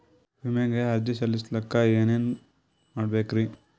ವಿಮೆಗೆ ಅರ್ಜಿ ಸಲ್ಲಿಸಕ ಏನೇನ್ ಮಾಡ್ಬೇಕ್ರಿ?